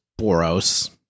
Boros